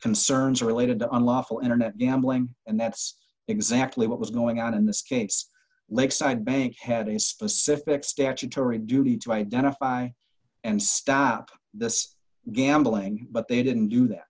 concerns related to unlawful internet gambling and that's exactly what was going on in this case lakeside bank had a specific statutory duty to identify and stop this gambling but they didn't do that